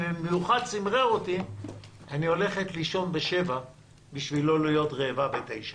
ובמיוחד צמרר אותי: אני הולכת לישון בשבע בשביל לא להיות רעבה בתשע.